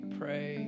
pray